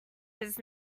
his